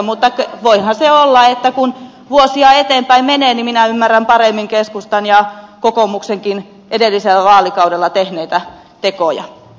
mutta voihan se olla että kun vuosia menee eteenpäin minä ymmärrän paremmin keskustan ja kokoomuksenkin edellisellä vaalikaudella tekemiä tekoja